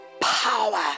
power